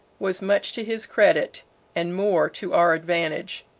was much to his credit and more to our advantage.